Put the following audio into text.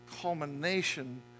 culmination